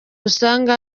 usanga